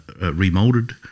remoulded